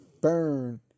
burn